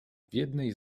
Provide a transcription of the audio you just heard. jednej